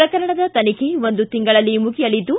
ಪ್ರಕರಣದ ತನಿಖೆ ಒಂದು ತಿಂಗಳಲ್ಲಿ ಮುಗಿಯಲಿದ್ದು